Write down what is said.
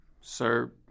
sir